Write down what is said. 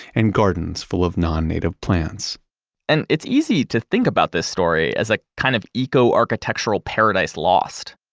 and gardens full of non-native plants and it's easy to think about this story as a kind of eco-architectural paradise lost,